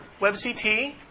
WebCT